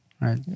Right